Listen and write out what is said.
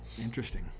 Interesting